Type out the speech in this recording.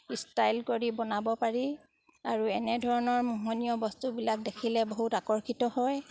style কৰি বনাব পাৰি আৰু এনেধৰণৰ মোহনীয় বস্তুবিলাক দেখিলে বহুত আকৰ্ষিত হয়